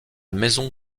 maison